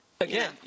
Again